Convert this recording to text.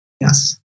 Yes